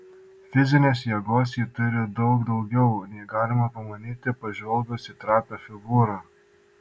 fizinės jėgos ji turi daug daugiau nei galima pamanyti pažvelgus į trapią figūrą